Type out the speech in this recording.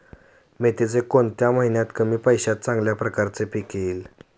मेथीचे कोणत्या महिन्यात कमी पैशात चांगल्या प्रकारे पीक येईल?